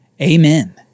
Amen